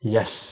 Yes